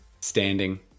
Standing